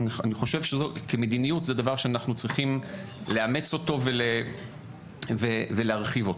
אני חושב שכמדיניות זה דבר שאנחנו צריכים לאמץ אותו ולהרחיב אותו.